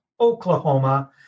Oklahoma